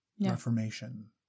reformation